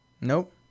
Nope